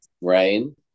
Rain